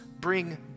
bring